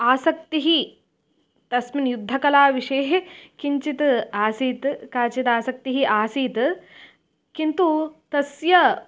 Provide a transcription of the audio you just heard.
आसक्तिः तस्मिन् युद्धकलाविषये किञ्चित् आसीत् काचित् आसक्तिः आसीत् किन्तु तस्य